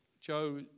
Joe